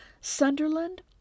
Sunderland